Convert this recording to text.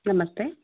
ನಮಸ್ತೆ